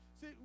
See